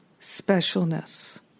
specialness